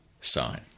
sign